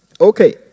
Okay